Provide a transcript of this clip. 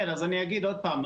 כן, אז אני אגיד עוד הפעם.